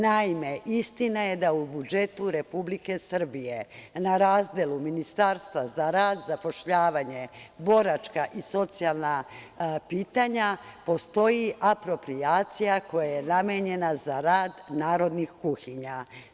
Naime, istina je da u budžetu Republike Srbije na razdelu Ministarstva za rad, zapošljavanje, boračka i socijalna pitanja postoji aproprijacija koja je namenjena za rad narodnih kuhinja.